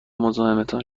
مزاحمتان